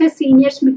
seniors